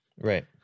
Right